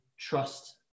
Trust